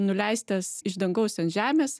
nuleistas iš dangaus ant žemės